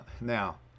Now